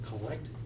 collect